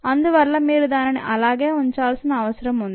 అందువల్ల మీరు దానిని అలాగే ఉంచాల్సిన అవసరం ఉంది